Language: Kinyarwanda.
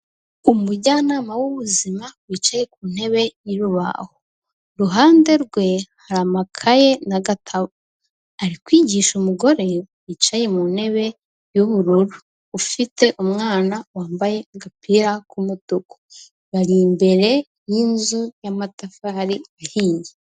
Umujyanama w'ubuzima wicaye ku ntebe y'urubaho. Uruhande rwe hari amakaye n'agatabo. Ari kwigisha umugore wicaye mu ntebe y'ubururu. Ufite umwana wambaye agapira k'umutuku. Bari imbere y'inzu y'amatafari ihiye.